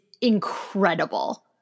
incredible